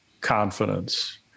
confidence